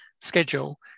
schedule